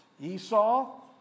Esau